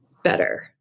better